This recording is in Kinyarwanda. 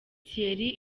thierry